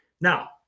Now